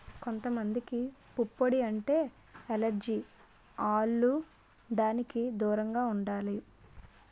కొంత మందికి పుప్పొడి అంటే ఎలెర్జి ఆల్లు దానికి దూరంగా ఉండాలి